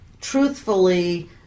truthfully